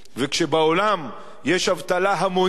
כשבעולם יש אבטלה המונית,